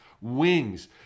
wings